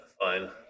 Fine